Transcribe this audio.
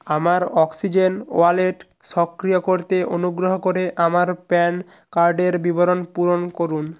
আমার oxygen wallet সক্রিয় করতে অনুগ্রহ করে আমার প্যান কার্ডের বিবরণ পূরণ করুন